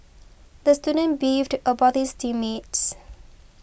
the student beefed about his team mates